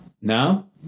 now